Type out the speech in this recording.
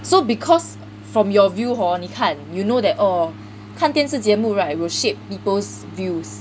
so because from your view hor 你看 you know that oh 看电视节目 right will shape people's views